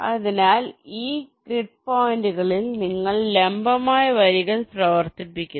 അതിനാൽ ഈ ഗ്രിഡ് പോയിന്റുകളിൽ നിങ്ങൾ ലംബമായ വരികൾ പ്രവർത്തിപ്പിക്കുന്നു